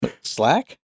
Slack